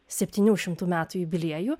septynių šimtų metų jubiliejų